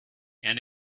and